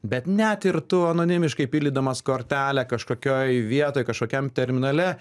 bet net ir tu anonimiškai pildydamas kortelę kažkokioj vietoj kažkokiam terminale